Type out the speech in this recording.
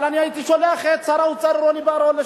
אבל הייתי שולח את שר האוצר לשעבר,